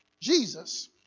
Jesus